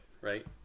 right